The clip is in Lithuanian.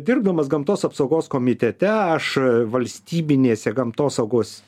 dirbdamas gamtos apsaugos komitete aš valstybinėse gamtosaugos